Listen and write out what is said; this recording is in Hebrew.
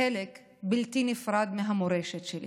חלק בלתי נפרד מהמורשת שלי.